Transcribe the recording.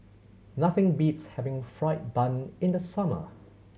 nothing beats having fried bun in the summer